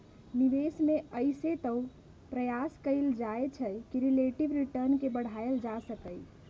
निवेश में अइसे तऽ प्रयास कएल जाइ छइ कि रिलेटिव रिटर्न के बढ़ायल जा सकइ